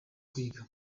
kwiga